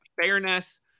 fairness